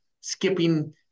skipping –